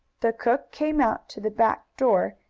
the cook came out to the back door,